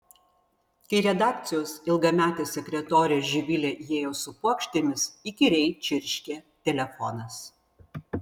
kai redakcijos ilgametė sekretorė živilė įėjo su puokštėmis įkyriai čirškė telefonas